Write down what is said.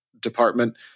department